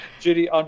Judy